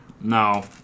no